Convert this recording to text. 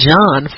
John